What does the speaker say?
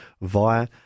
via